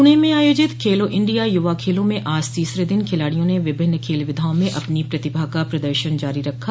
पूणे में आयोजित खेलो इंडिया युवा खेलों म आज तीसरे दिन खिलाडियों ने विभिन्न खेल विधाओं में अपनी प्रतिभा का प्रदर्शन जारी रखा